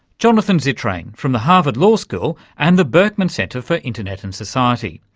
jonathan zittrain from the harvard law school and the berkman centre for internet and society.